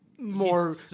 More